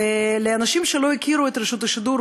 לאנשים שלא הכירו את רשות השידור,